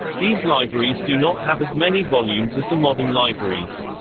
these libraries do not have as many volumes as the modern libraries.